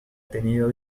tenido